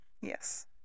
yes